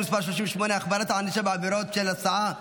מס' 38) (החמרת הענישה בעבירות של הסעה,